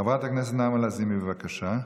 חברת הכנסת נעמה לזימי, בבקשה,